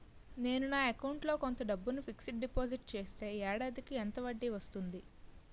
నేను నా అకౌంట్ లో కొంత డబ్బును ఫిక్సడ్ డెపోసిట్ చేస్తే ఏడాదికి ఎంత వడ్డీ వస్తుంది?